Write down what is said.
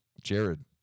Jared